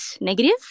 negative